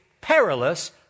perilous